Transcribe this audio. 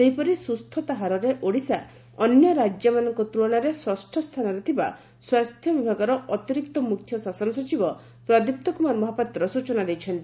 ସେହିପରି ସୁସ୍ଥତା ହାରରେ ଓଡ଼ିଶା ଅନ୍ୟ ରାଜ୍ୟମାନଙ୍ଙ ତୁଳନାରେ ଷଷ ସ୍ଚାନରେ ଥିବା ସ୍ୱାସ୍ଚ୍ୟ ବିଭାଗର ଅତିରିକ୍ତ ମୁଖ୍ୟ ଶାସନ ସଚିବ ପ୍ରଦୀପ୍ତ କୁମାର ମହାପାତ୍ର ସୂଚନା ଦେଇଛନ୍ତି